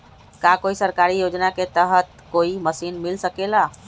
का कोई सरकारी योजना के तहत कोई मशीन मिल सकेला?